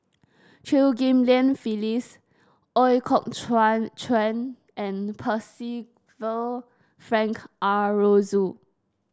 Chew Ghim Lian Phyllis Ooi Kok Chuen and Percival Frank Aroozoo